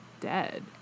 dead